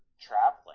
traveling